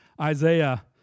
Isaiah